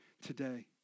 today